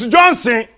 Johnson